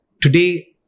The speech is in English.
Today